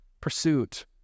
pursuit